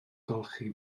golchi